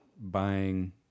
buying